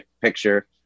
picture